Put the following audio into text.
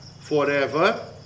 forever